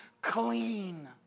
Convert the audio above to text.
clean